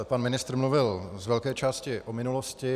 Pan ministr mluvil z velké části o minulosti.